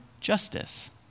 justice